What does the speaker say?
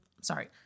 sorry